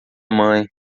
mãe